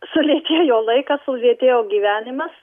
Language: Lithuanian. sulėtėjo laikas sulėtėjo gyvenimas